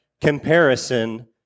comparison